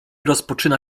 rozpoczyna